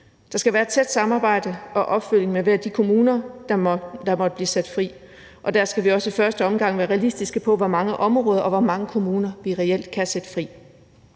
og et tæt samarbejde med hver af de kommuner, der måtte blive sat fri, og der skal vi også i første omgang være realistiske, i forhold til hvor mange områder og hvor mange kommuner vi reelt kan sætte fri.